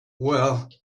well